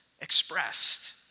expressed